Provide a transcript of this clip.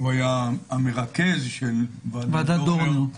הוא היה המרכז של ועדת דורנר,